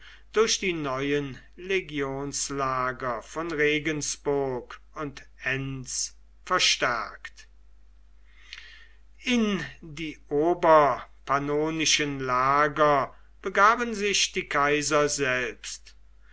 durch die neuen legionslager von regensburg und enns verstärkt in die oberpannonischen lager begaben sich die kaiser selbst